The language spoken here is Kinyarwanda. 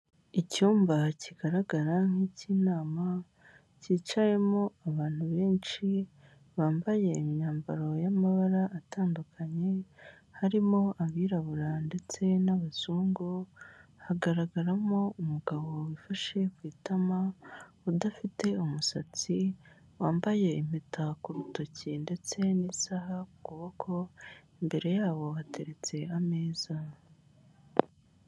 Icyumba kigaragara nk'ikinama, cyicayemo abantu benshi bambaye imyambaro y'amabara atandukanye, harimo abirabura ndetse n'abazungu, hagaragaramo umugabo wifashe ku itama, udafite umusatsi, wambaye impeta k'urutoki ndetse n'isaha kukuboko, imbere yabo hateretse imeza.